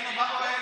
והיינו באוהל,